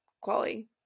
quality